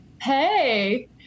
Hey